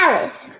Alice